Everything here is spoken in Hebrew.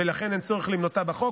ולכן אין צורך למנותה בחוק,